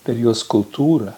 per jos kultūrą